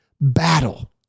battle